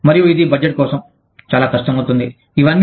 మరియు ఇది బడ్జెట్ కోసం చాలా కష్టం అవుతుంది ఇవన్నీ